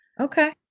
Okay